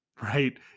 right